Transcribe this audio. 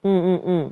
mm mm mm